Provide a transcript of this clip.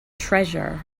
treasure